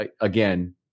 again